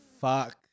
fuck